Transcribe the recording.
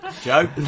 Joe